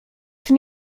czy